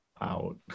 out